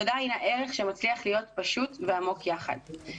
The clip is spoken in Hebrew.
תודה הינה ערך שמצליח להיות פשוט ועמוק יחד,